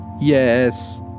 Yes